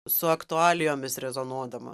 su aktualijomis rezonuodama